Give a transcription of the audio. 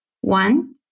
One